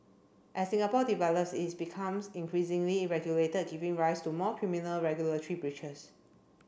as Singapore develops it's becomes increasingly regulated giving rise to more criminal regulatory breaches